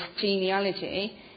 genealogy